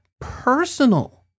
personal